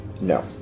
No